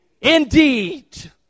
indeed